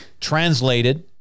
translated